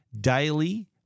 daily